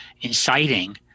inciting